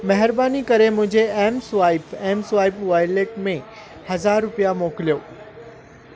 महिरबानी करे मुंहिंजे एम स्वाइप वॉलेट में हज़ार रुपिया मोकिलियो